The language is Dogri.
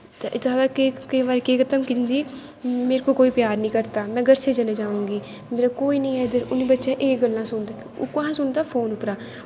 ते केंई बारी मेरे को कोई प्यार नी करता में घर से चली जाउंगी मेरा कोई नी ऐ इध्दर उनैं बच्चें एह् गल्लां सुनदे कुत्थां दा सुनदे फोन उप्परा दा